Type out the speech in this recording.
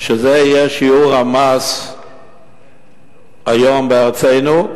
זה יהיה שיעור המס היום בארצנו,